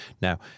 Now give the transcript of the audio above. Now –